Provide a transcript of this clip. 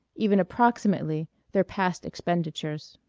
even approximately, their past expenditures.